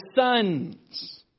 sons